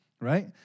Right